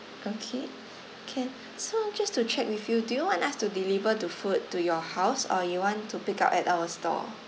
okay can so just to check with you do you want us to deliver the food to your house or you want to pick up at our store